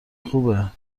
خوبه